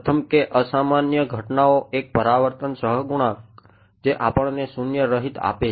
પ્રથમ કે અસામાન્ય ઘટનાઓ એક પરાવર્તન સહગુણક જે આપણને શૂન્યરહિત આપે છે